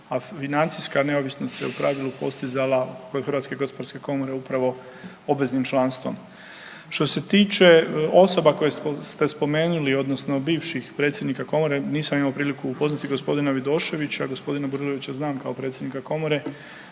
a financijska neovisnost se u pravilu postizala kod HGK upravo obveznim članstvom. Što se tiče osoba koje ste spomenuli odnosno bivših predsjednika komore nisam imao priliku upoznati g. Vidoševića, g. Burilovića znam kao predsjednika komore.